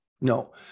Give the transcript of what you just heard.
no